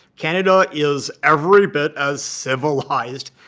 canada is every bit as civilized,